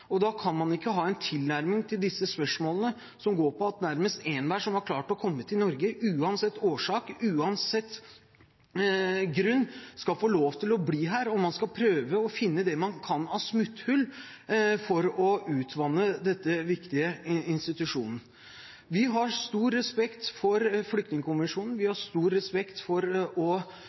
Da kan man ikke ha en tilnærming til disse spørsmålene som går på at nærmest enhver som har klart å komme til Norge – uansett årsak, uansett grunn – skal få lov til å bli her, og at man skal prøve å finne det man kan av smutthull for å utvanne dette viktige instituttet. Vi har stor respekt for flyktningkonvensjonen, og vi har stor respekt for å